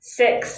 six